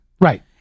Right